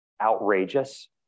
outrageous